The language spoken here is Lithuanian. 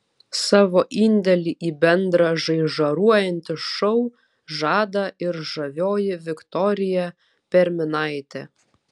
savo indėlį į bendrą žaižaruojantį šou žada ir žavioji viktorija perminaitė